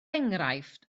enghraifft